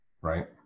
right